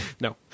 No